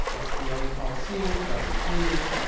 that's the la coliseum, dodger stadium,